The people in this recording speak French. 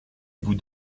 vous